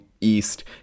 East